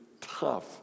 tough